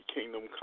Kingdom